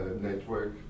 network